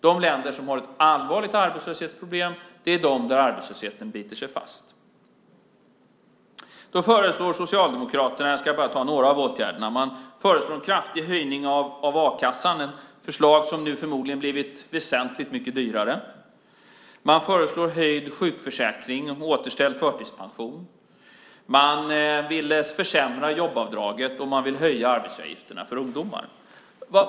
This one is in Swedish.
De länder som har ett allvarligt arbetslöshetsproblem är de länder där arbetslösheten biter sig fast. Då föreslår Socialdemokraterna - jag ska bara ta några av åtgärderna - en kraftig höjning av a-kassan, ett förslag som nu förmodligen blivit väsentligt mycket dyrare. Man föreslår höjd sjukförsäkring och återställd förtidspension. Man vill försämra jobbavdraget, och man vill höja arbetsgivaravgifterna för ungdomar.